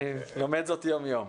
אני לומד זאת יום יום.